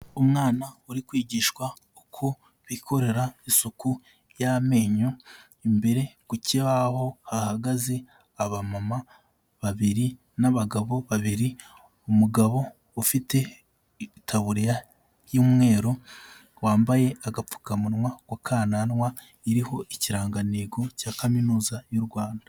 Umwana uri kwigishwa uko bikorera isuku y'amenyo, imbere ku kibaho hahagaze abamama babiri n'abagabo babiri, umugabo ufite itaburiya y'umweru, wambaye agapfukamunwa ku kananwa, iriho ikirangantego cya kaminuza y'u Rwanda.